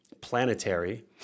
Planetary